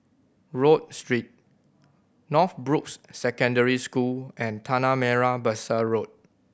Rodyk Street Northbrooks Secondary School and Tanah Merah Besar Road